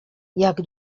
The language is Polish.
jak